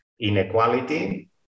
inequality